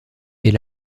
est